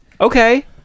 okay